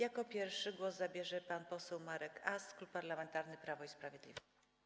Jako pierwszy głos zabierze pan poseł Marek Ast, Klub Parlamentarny Prawo i Sprawiedliwość.